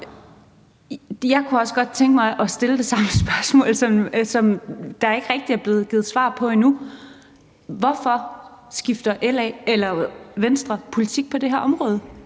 Jeg kunne også godt tænke mig at stille det samme spørgsmål, som der ikke rigtig er blevet givet et svar på endnu: Hvorfor skifter Venstre politik på det her område